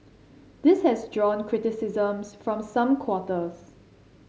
this has drawn criticisms from some quarters